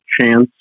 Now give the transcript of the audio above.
chance